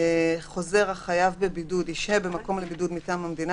1. חוזר החייב בבידוד ישהה במקום לבידוד מטעם המדינה,